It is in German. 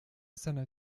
seiner